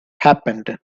happened